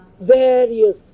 various